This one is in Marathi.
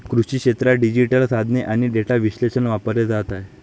कृषी क्षेत्रात डिजिटल साधने आणि डेटा विश्लेषण वापरले जात आहे